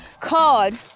card